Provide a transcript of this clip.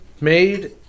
Made